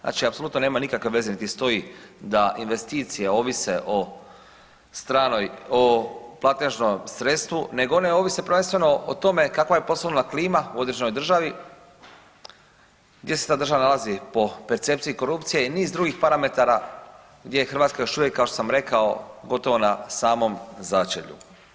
Znači apsolutno nema nikakve veze niti stoji da investicije ovise o stranoj, o platežnom sredstvu, nego one ovise prvenstveno o tome kakva je poslovna klima u određenoj državi, gdje se ta država nalazi po percepciji korupcije i niz drugih parametara gdje je Hrvatska, još uvijek, kao što sam rekao, gotovo na samom začelju.